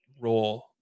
role